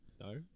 no